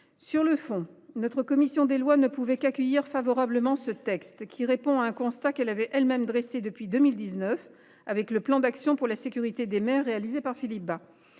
Sur le fond, la commission des lois ne pouvait qu’accueillir favorablement ce texte, qui répond à un constat qu’elle a elle même dressé depuis 2019 avec le Plan d’action pour une plus grande sécurité des maires réalisé par Philippe Bas,